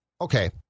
okay